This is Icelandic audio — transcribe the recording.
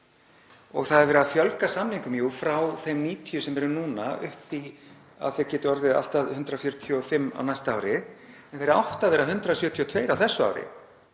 Það er verið að fjölga samningum, jú, frá þeim 90 sem eru núna upp í það að þeir geti orðið allt að 145 á næsta ári en þeir áttu að vera 172 á þessu ári.